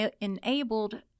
enabled